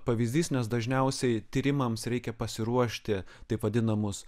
pavyzdys nes dažniausiai tyrimams reikia pasiruošti taip vadinamus